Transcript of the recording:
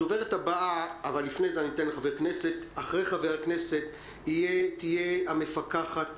הדוברת הבאה אחרי חבר הכנסת תהיה המפקחת